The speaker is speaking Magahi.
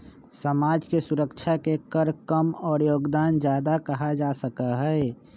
समाज के सुरक्षा के कर कम और योगदान ज्यादा कहा जा सका हई